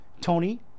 Tony